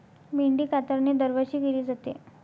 मेंढी कातरणे दरवर्षी केली जाते